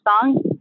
song